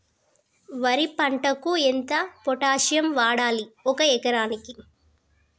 వరి పంటకు ఎంత పొటాషియం వాడాలి ఒక ఎకరానికి?